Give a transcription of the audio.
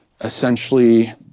Essentially